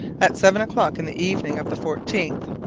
at seven o'clock in the evening of the fourteenth